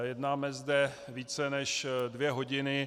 Jednáme zde více, než dvě hodiny.